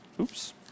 oops